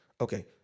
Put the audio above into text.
Okay